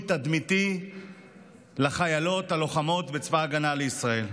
תדמיתי לחיילות הלוחמות בצבא ההגנה לישראל.